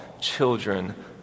children